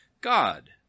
God